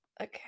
Okay